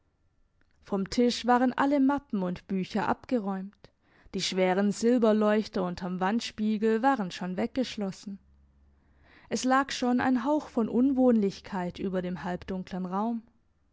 vom tisch waren alle mappen und bücher abgeräumt die schweren silberleuchter unterm wandspiegel waren schon weggeschlossen es lag schon ein hauch von unwohnlichkeit über dem halbdunklen raum